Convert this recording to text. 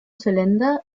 zylinder